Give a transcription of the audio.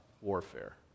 warfare